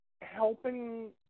helping